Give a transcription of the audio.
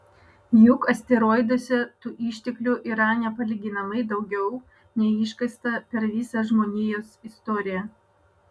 juk asteroiduose tų išteklių yra nepalyginamai daugiau nei iškasta per visą žmonijos istoriją